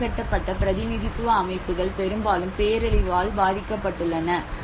ஓரங்கட்டப்பட்ட பிரதிநிதித்துவ அமைப்புகள் பெரும்பாலும் பேரழிவால் பாதிக்கப்படுகின்றன